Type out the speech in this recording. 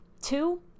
Two